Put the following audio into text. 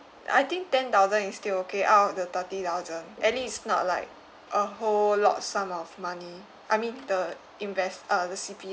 I think ten thousand is still okay out the thirty thousand at least it's not like a whole lot sum of money I mean the invest uh the C_P~